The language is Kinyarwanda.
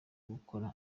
gukora